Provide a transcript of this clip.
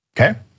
Okay